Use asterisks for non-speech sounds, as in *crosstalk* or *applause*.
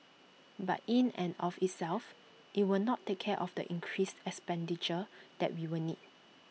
*noise* but in and of itself IT will not take care of the increased expenditure that we will need